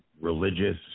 religious